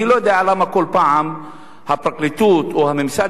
אני לא יודע למה כל פעם הפרקליטות או הממסד